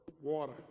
Water